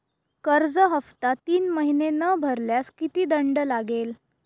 कर्ज हफ्ता तीन महिने न भरल्यास किती दंड लागेल?